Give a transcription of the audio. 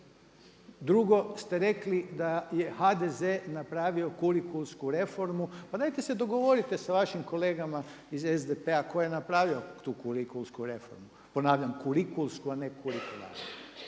Drugo ste rekli da je HDZ napravio kurikulsku reformu, pa dajte se dogovorite sa vašim kolegama iz SDP tko je napravio tu kurikulsku, ponavljam kurikulsku a ne kurikularnu.